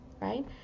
right